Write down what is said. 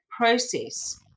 process